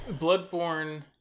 bloodborne